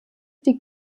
die